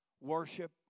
worship